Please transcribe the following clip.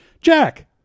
Jack